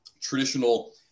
traditional